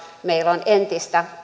meillä on entistä